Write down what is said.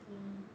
oh